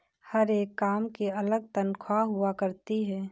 हर एक काम की अलग तन्ख्वाह हुआ करती है